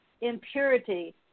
impurity